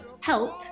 help